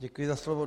Děkuji za slovo.